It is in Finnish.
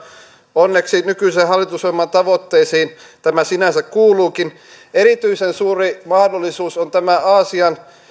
onneksi nykyisen hallitusohjelman tavoitteisiin tämä sinänsä kuuluukin erityisen suuri mahdollisuus on tämä aasian